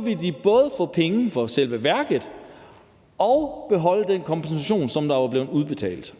ville de både få penge for selve værket og beholde den kompensation, der var blevet udbetalt.